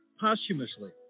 posthumously